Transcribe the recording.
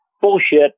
bullshit